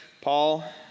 Paul